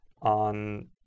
on